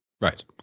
Right